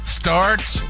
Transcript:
starts